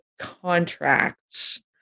contracts